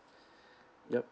yup